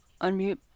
unmute